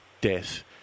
death